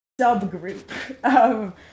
subgroup